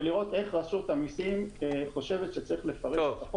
ולראות איך רשות המסים חושבת שצריך לפרש את החוק.